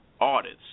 audits